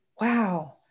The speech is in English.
Wow